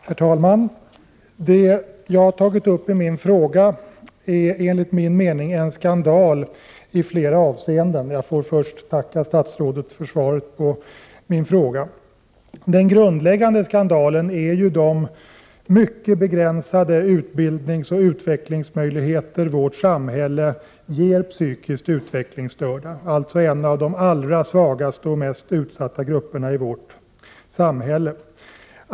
Herr talman! Det jag har tagit upp i min fråga är enligt min mening en skandal i flera avseenden. Jag skall dock först tacka statsrådet för svaret på min fråga. Den grundläggande skandalen är de mycket begränsade utbildningsoch utvecklingsmöjligheter som vårt samhälle ger psykiskt utvecklingsstörda, alltså en av de allra svagaste och mest utsatta grupperna i vårt samhälle.